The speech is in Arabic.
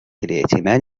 الإئتمان